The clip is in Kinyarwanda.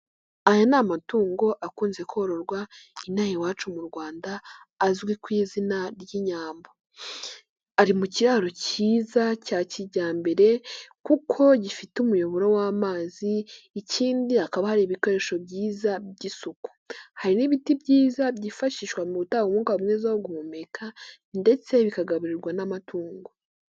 Aya ni amatungo akunze kororwa inaha iwacu mu Rwanda azwi ku izina ry'Inyambo, ari mu kiraro cyiza cya kijyambere kuko gifite umuyoboro w'amazi ikindi hakaba hari ibikoresho byiza by'isuku, hari n'ibiindi byiza byifashishwa mu gutanga umwuka mwiza wo guhumeka ndetse bikagaburirwa n'amatungo.